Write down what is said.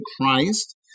Christ